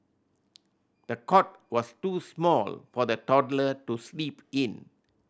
the cot was too small for the toddler to sleep in